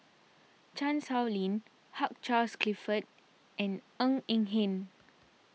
Chan Sow Lin Hugh Charles Clifford and Ng Eng Hen